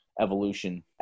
evolution